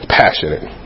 passionate